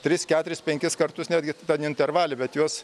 tris keturis penkis kartus netgi tada ne intervale bet juos